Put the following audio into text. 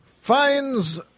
finds